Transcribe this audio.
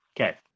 Okay